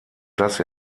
dass